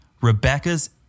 Rebecca's